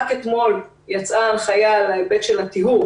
רק אתמול יצאה הנחיה על ההיבט של טיהור